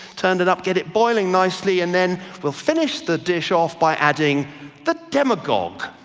turn it up, get it boiling nicely, and then we'll finish the dish off by adding the demagogue.